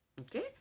Okay